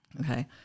Okay